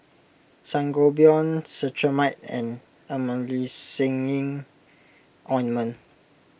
where is Jalan Sinar Bintang